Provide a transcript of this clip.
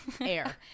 air